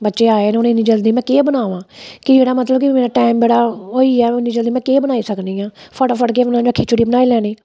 बच्चे आए न हुन इन्नी जल्दी मैं केह् बनामा कि जेह्ड़ा मतलब कि मेरा टैम बड़ा होई गेआ जदूं मैं केह् बनाई सकनी आं फटाफट मैं खिचड़ी बनाई लैनी